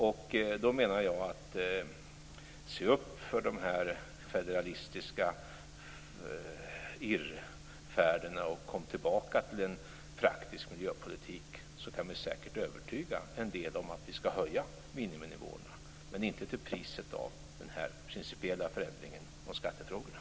Och då menar jag: Se upp för de här federalistiska irrfärderna och kom tillbaka till en praktisk miljöpolitik! Då kan vi säkert övertyga en del om att vi ska höja miniminivåerna, men inte till priset av den här principiella förändringen av skattefrågorna.